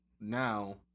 Now